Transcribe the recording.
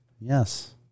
Yes